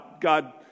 God